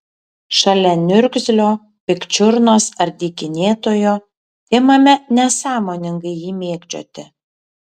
šalia niurgzlio pikčiurnos ar dykinėtojo imame nesąmoningai jį mėgdžioti